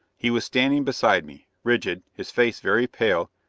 he was standing beside me, rigid, his face very pale,